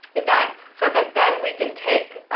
events, so that then we can take